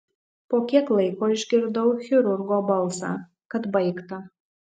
po kiek laiko išgirdau chirurgo balsą kad baigta